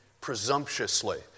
presumptuously